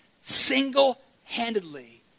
single-handedly